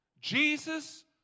Jesus